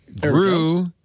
grew